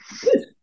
Good